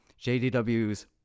JDW's